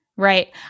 Right